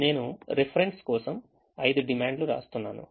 నేను reference కోసం 5 డిమాండ్లను వ్రాస్తున్నాను